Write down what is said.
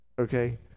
Okay